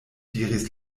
diris